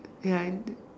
ya and